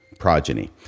progeny